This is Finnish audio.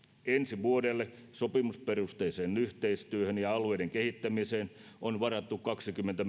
ensi vuodelle sopimusperusteiseen yhteistyöhön ja alueiden kehittämiseen on varattu kaksikymmentä